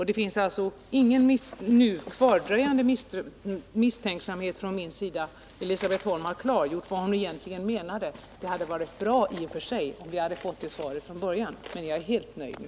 Det finns ingen nu kvardröjande misstänksamhet från min sida. Elisabet Holm har klargjort vad hon egentligen menade. Det hade i och för sig varit bra om vi fått det svaret från början, men jag är helt nöjd nu.